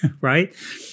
right